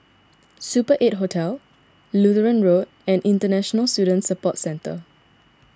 Super eight Hotel Lutheran Road and International Student Support Centre